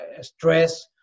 stress